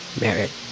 merit